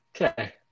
okay